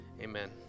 amen